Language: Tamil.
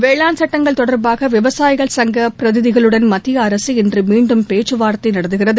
வேளாண் சுட்டங்கள் தொடர்பாக விவசாயிகள் சங்கப் பிரதிநிதிகளுடன் மத்திய அரசு இன்று மீண்டும் பேச்சு வார்த்தை நடத்துகிறது